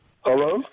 hello